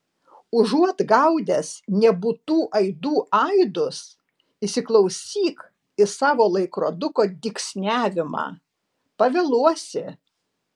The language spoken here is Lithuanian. užuot gaudęs nebūtų aidų aidus įsiklausyk į savo laikroduko dygsniavimą pavėluosi